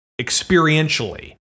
experientially